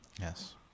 Yes